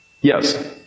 Yes